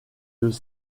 deux